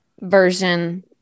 version